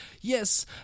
yes